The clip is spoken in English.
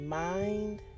mind